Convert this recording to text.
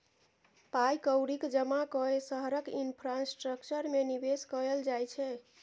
पाइ कौड़ीक जमा कए शहरक इंफ्रास्ट्रक्चर मे निबेश कयल जाइ छै